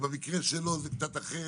שבמקרה שלו זה קצת אחרת,